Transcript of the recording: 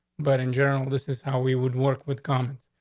but in general, this is how we would work with come.